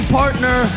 partner